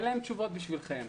אין להם תשובות בשבילכם.